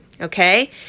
okay